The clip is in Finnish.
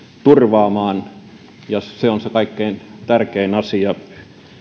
turvaamaan ja se on se kaikkein tärkein asia